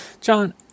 John